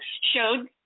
showed